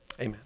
amen